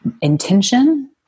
intention